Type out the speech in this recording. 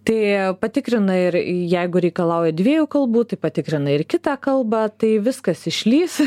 tai patikrina ir jeigu reikalauja dviejų kalbų tai patikrina ir kitą kalbą tai viskas išlįs